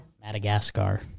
Madagascar